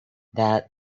that